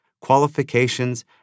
qualifications